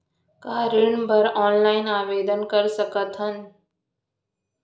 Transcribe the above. का ऋण बर ऑनलाइन आवेदन कर सकथन?